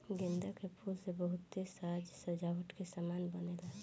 गेंदा के फूल से बहुते साज सज्जा के समान बनेला